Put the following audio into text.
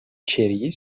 içeriği